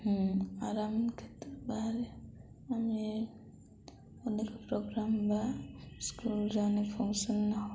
ହୁଁ ଆରାମ କ୍ଷେତ୍ର ବାହାରେ ଆମେ ଅନେକ ପ୍ରୋଗ୍ରାମ୍ ବା ସ୍କୁଲ୍ରେ ଅନେକ ଫଙ୍କସନର